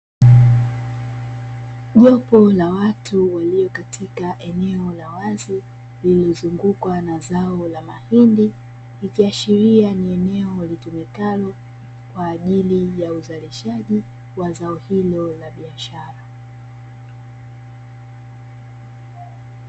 Jopo la watu walio katika eneo la wazi lililozungukwa na zao la mahindi, ikiashiria ni eneo litumikalo kwa ajili ya uzalishaji wa zao hilo la biashara.